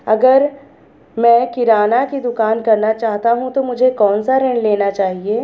अगर मैं किराना की दुकान करना चाहता हूं तो मुझे कौनसा ऋण लेना चाहिए?